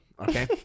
okay